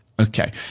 Okay